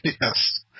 Yes